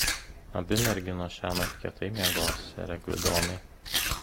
abi merginos šiąnakt kietai miegos sere gvidonai